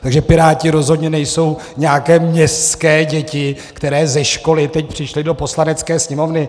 Takže Piráti rozhodně nejsou nějaké městské děti, které ze školy teď přišly do Poslanecké sněmovny.